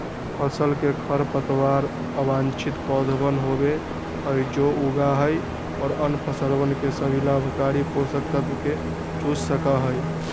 फसल के खरपतवार अवांछित पौधवन होबा हई जो उगा हई और अन्य फसलवन के सभी लाभकारी पोषक तत्व के चूस सका हई